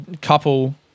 couple